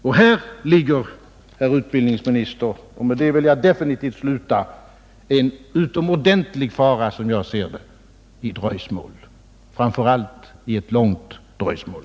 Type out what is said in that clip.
Och här ligger, herr utbildningsminister, som jag ser det en utomordentlig fara i dröjsmål, framför allt i långt dröjsmål.